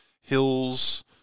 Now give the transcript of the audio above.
Hills